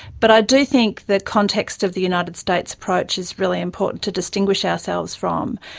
but i do think the context of the united states approach is really important to distinguish ourselves from,